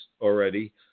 already